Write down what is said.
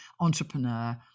entrepreneur